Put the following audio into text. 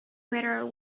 whether